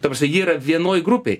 ta parsme jie yra vienoj grupėj